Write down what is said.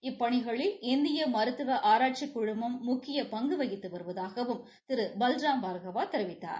இப்பணிகளில் இந்திய மருத்துவ ஆராய்ச்சிக் குழுமம் முக்கிய பங்கு வகித்து வருவதாகவும் திரு பல்ராம் பார்க்கவா தெரிவித்தார்